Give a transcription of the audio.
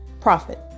profit